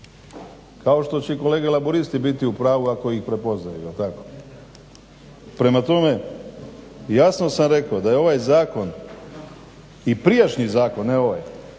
Kao što će i kolege Laburisti biti u pravu ako ih prepoznaju jel' tako. Prema tome, jasno sam rekao da je ovaj zakon i prijašnji zakon ne ovaj